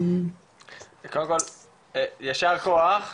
יישר כוח,